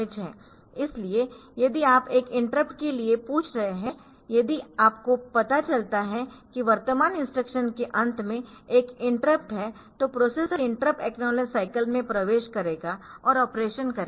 इसलिए यदि आप एक इंटरप्ट के लिए पूछ रहे है यदि आपको पता चलता है कि वर्तमान इंस्ट्रक्शन के अंत में एक इंटरप्ट है तो प्रोसेसर इंटरप्ट एकनॉलेज साईकल में प्रवेश करेगा और ऑपरेशन करेगा